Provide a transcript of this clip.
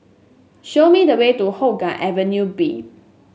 show me the way to Hougang Avenue B